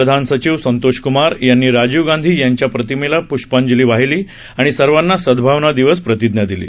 प्रधान सचिव संतोष कुमार यांनी राजीव गांधी यांच्या प्रतिमेला पृष्पांजलि वाहिली आणि सर्वांना सदभावना दिवस प्रतिज्ञ दिली